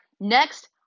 Next